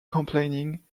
complaining